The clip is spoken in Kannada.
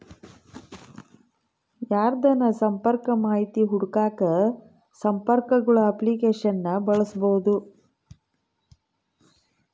ಯಾರ್ದನ ಸಂಪರ್ಕ ಮಾಹಿತಿ ಹುಡುಕಾಕ ಸಂಪರ್ಕಗುಳ ಅಪ್ಲಿಕೇಶನ್ನ ಬಳಸ್ಬೋದು